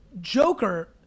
Joker